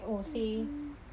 mmhmm